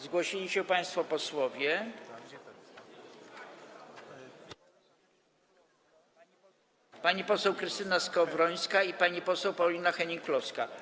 Zgłosili się państwo posłowie - pani poseł Krystyna Skowrońska i pani poseł Paulina Henning-Kloska.